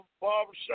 barbershop